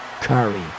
Curry